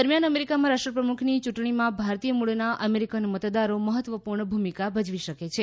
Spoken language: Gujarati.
દરમ્યાન અમેરિકામાં રાષ્ટ્રેપ્રમુખની ચૂંટણીમાં ભારતીયમૂળના અમેરિકન મતદારો મહત્વપૂર્ણ ભૂમિકા ભજવી શકે છે